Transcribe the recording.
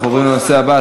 אנחנו עוברים לנושא הבא: